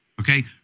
okay